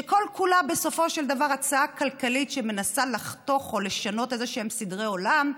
שכל-כולה בסופו של דבר הצעה כלכלית שמנסה לחתוך או לשנות סדרי עולם,